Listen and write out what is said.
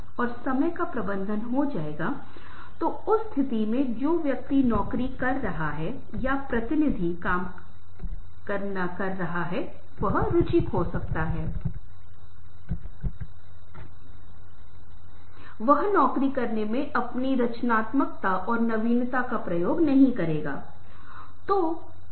अगर मैं रोकथाम के बारे में बात कर रहा हूं तो मैं जागरूकता से रोकथाम कर सकता हूं किसी तरह का नियम को दिशानिर्देश कर सकता हूँ और यहां तक कि अगर आप जागरूकता के बारे में बात कर रहे हैं तो जागरूकता रेडियो टेलीविजन के माध्यम से हो सकती है